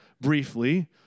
briefly